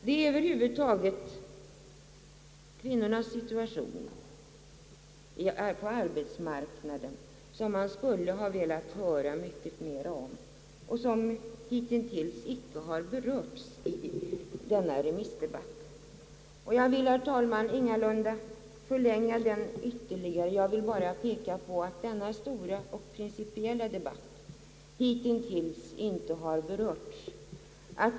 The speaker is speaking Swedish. Det är över huvud taget kvinnornas situation på arbetsmarknaden som man skulle ha velat höra mycket mera om och som hitintills icke har berörts i denna remissdebatt. Jag vill, herr talman, ingalunda förlänga den ytterligare. Jag vill bara peka på att denna stora och principiella debatt hitintills uteblivit.